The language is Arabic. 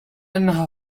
أنها